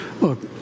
Look